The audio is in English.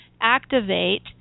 activate